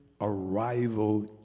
arrival